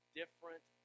different